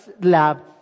lab